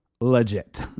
legit